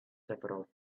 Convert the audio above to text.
several